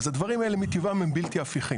אז הדברים האלה, מטבעם, הם בלתי הפיכים.